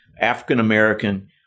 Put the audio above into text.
african-american